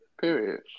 Period